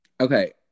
Okay